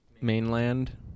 mainland